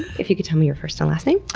if you could tell me your first and last name?